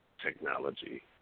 technology